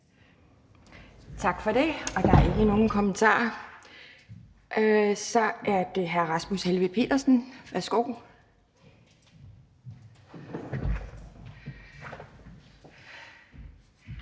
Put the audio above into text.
Tak for det. Der er ikke nogen kommentarer. Så er det hr. Rasmus Helveg Petersen. Værsgo.